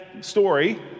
story